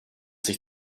sich